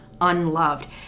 unloved